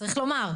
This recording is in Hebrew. צריך לומר,